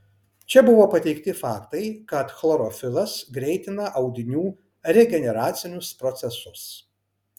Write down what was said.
čia buvo pateikti faktai kad chlorofilas greitina audinių regeneracinius procesus